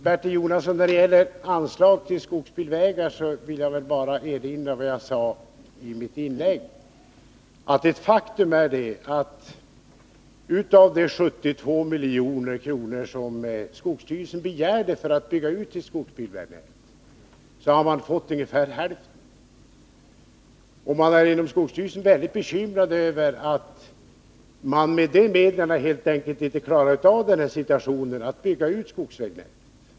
Herr talman! När det gäller anslag till skogsbilvägar, Bertil Jonasson, vill jag bara erinra om vad jag sade i mitt tidigare inlägg. Ett faktum är att av de 72 milj.kr. som skogsstyrelsen begärde för att bygga ut sitt skogsbilvägnät har man fått ungefär hälften. Man är inom skogsstyrelsen bekymrad över att man med dessa medel helt enkelt inte klarar av att bygga ut skogsvägnätet i den här situationen.